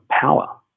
power